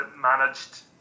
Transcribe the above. managed